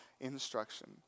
instruction